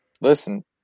Listen